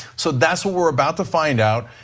so that is what we are about to find out.